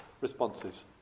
responses